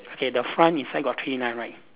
okay the front inside got three line right